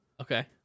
Okay